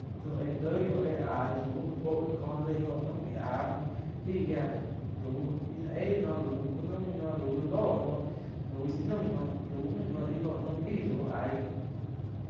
Tsi oh éh loig oh éh aí lau fuo ki kó já lei ih óho naum íh aíh aih giá lau ih nain éih náh lau ku naum no, lau lóh noh, lau ñi naum noh, lau müu no íh óho naum aíh lau aig gí.